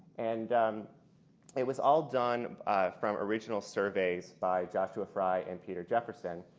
and it was all done from original surveys by joshua frye and peter jefferson.